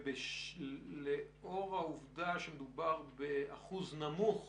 ולאור העובדה שמדובר באחוז נמוך